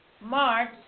March